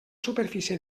superfície